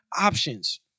options